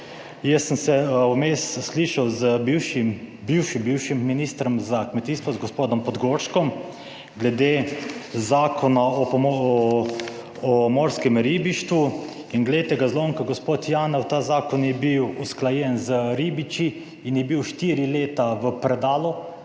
jaz sem se vmes slišal z bivšim, bivšim, bivšim ministrom za kmetijstvo, z gospodom Podgorškom glede zakona o pomo..., o morskem ribištvu. In glejte ga zlomka, gospod Janev, ta zakon je bil usklajen z ribiči in je bil štiri leta v predalu,